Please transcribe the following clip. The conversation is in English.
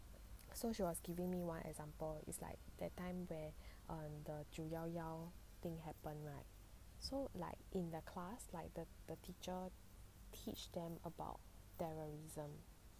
so she was giving me one example is like that time where um the 九一一 thing happen right so like in the class like the the teacher teach them about terrorism